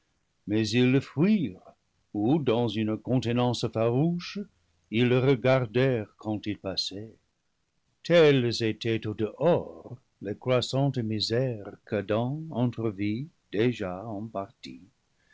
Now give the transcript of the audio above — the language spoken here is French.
mais ils le fuirent ou dans une contenance farouche ils le regardèrent quand il passait telles étaient au dehors les croissantes misères qu'adam entrevit déjà en partie